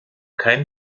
kein